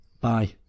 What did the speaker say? Bye